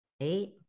Eight